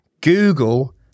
Google